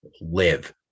live